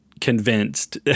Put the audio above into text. convinced